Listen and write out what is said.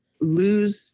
lose